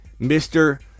Mr